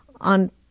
on